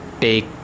take